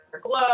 GLOW